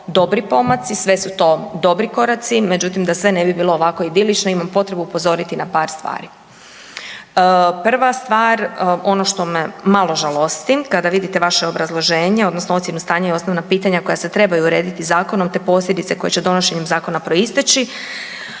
dobri pomaci, sve su to dobri koraci, međutim, da sve ne bi bilo ovako idilično, imam potrebu upozoriti na par stvari. Prva stvar, ono što me malo žalosti, kada vidite vaše obrazloženje, odnosno ocjenu stanja i osnovna pitanja koja se trebaju urediti zakonom te posljedice koje će donošenjem zakona proisteći,